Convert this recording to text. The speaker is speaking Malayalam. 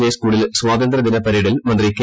ജെ സ്കൂളിൽ സ്വാതന്ത്ര്യദിന പരേഡിൽ മന്ത്രി കെ